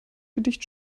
gedicht